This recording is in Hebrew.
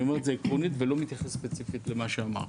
אני אומר את זה עקרונית ולא מתייחס ספציפית למה שאמרת.